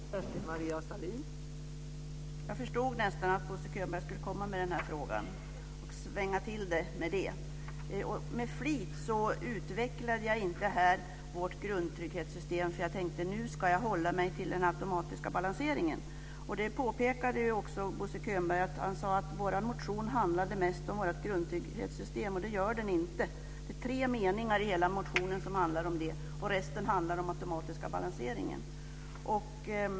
Fru talman! Jag förstod nästan att Bosse Könberg skulle komma med den här frågan och svänga till det med den. Med flit utvecklade jag här inte vårt grundtrygghetssystem. Jag tänkte: Nu ska jag hålla mig till den automatiska balanseringen. Bosse Könberg sade att vår motion mest handlade om vårt grundtrygghetssystem, men det gör den inte. Det är tre meningar i hela motionen som handlar om det, och resten handlar om den automatiska balanseringen.